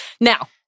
Now